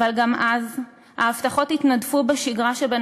אבל גם אז ההבטחות התנדפו בשגרה שבין